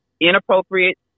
inappropriate